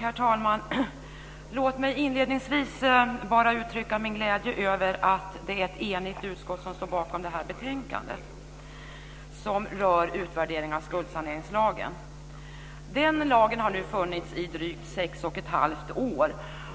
Herr talman! Låt mig inledningsvis uttrycka min glädje över att det är ett enigt utskott som står bakom detta betänkande som rör utvärdering av skuldsaneringslagen. Den lagen har nu funnits i drygt sex och ett halvt år,